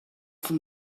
from